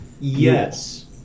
yes